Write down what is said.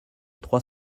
trois